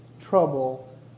Trouble